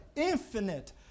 infinite